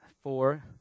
four